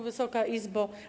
Wysoka Izbo!